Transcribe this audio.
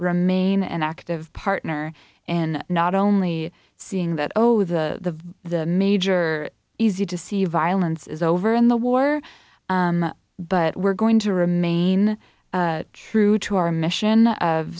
remain an active partner in not only seeing that oh the the major easy to see violence is over in the war but we're going to remain true to our mission of